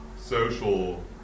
social